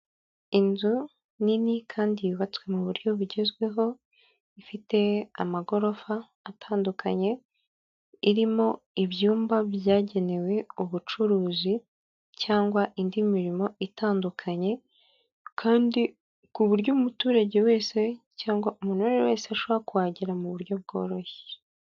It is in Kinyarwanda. Inzu nini kandi yubatswe mu buryo bugezweho, ifite amagorofa atandukanye, irimo ibyumba byagenewe ubucuruzi, cyangwa indi mirimo itandukanye, kandi ku buryo umuturage wese, cyangwa umuntu uwo ari we wese, ashobora kuhagera mu buryo bworoshye.